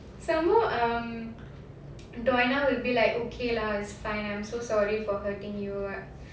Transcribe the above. some more um doina will be like okay lah it's fine I'm so sorry for hurting you